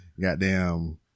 goddamn